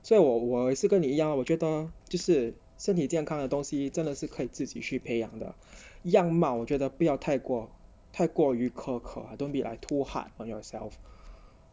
在我我是跟你呀我觉得这是身体健康的东西真的是可以自己去培养的样貌我觉得不要太过太过于苛刻 don't be too hard on yourself